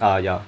ah ya